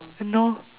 !hannor!